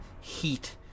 heat